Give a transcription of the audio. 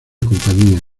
compañía